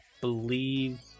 believe